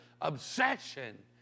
obsession